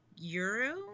Euro